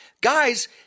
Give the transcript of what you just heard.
Guys